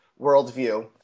worldview